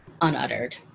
unuttered